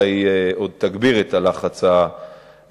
אלא היא עוד תגביר את הלחץ הפלסטיני.